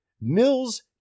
Mills